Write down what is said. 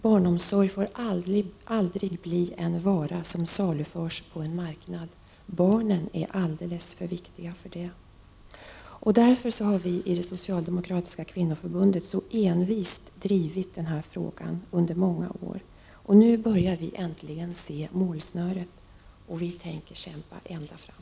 Barnomsorg får aldrig bli en vara som saluförs på en marknad; barnen är alldeles för viktiga för det. Därför har vi i det socialdemokratiska kvinnoförbundet så envist drivit denna fråga under många år. Nu börjar vi äntligen se målsnöret, och vi tänker kämpa ända fram.